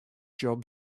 job